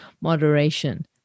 moderation